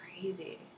crazy